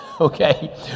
okay